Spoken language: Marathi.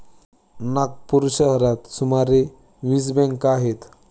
नागपूर शहरात सुमारे वीस बँका आहेत